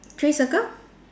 three circle